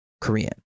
korean